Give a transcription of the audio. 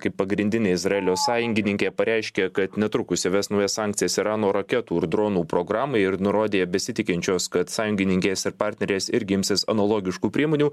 kaip pagrindinė izraelio sąjungininkė pareiškė kad netrukus įves naujas sankcijas irano raketų ir dronų programai ir nurodė besitikinčios kad sąjungininkės ir partnerės irgi imsis analogiškų priemonių